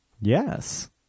Yes